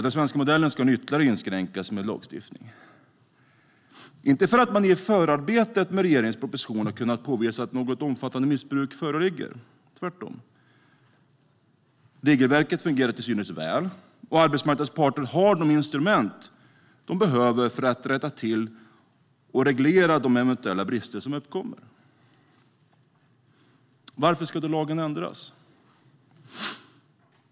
Den svenska modellen ska nu inskränkas ytterligare med lagstiftning. Det beror inte på att man i förarbetet med regeringens proposition har kunnat påvisa att något omfattande missbruk föreligger - tvärtom. Regelverket fungerar till synes väl, och arbetsmarknadens parter har de instrument de behöver för att rätta till och reglera de eventuella brister som uppkommer. Varför ska då lagen ändras?